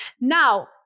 Now